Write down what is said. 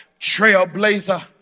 trailblazer